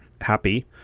happy